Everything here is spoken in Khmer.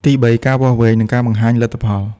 ទីបី ការវាស់វែង និងការបង្ហាញលទ្ធផល។